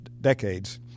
decades